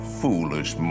foolish